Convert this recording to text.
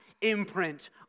imprint